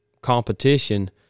competition